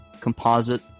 composite